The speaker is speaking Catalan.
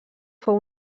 fou